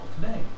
today